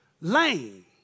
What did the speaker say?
lame